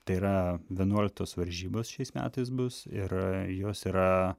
tai yra vienuoliktos varžybos šiais metais bus ir jos yra